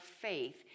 faith